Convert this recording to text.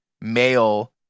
male